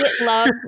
love